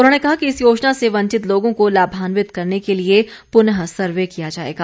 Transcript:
उन्होंने कहा कि इस योजना से वंचित लोगों को लाभान्वित करने के लिए पुनः सर्वे किया जाएगा